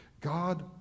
God